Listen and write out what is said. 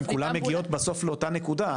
הן כולן מגיעות בסוף לאותה נקודה.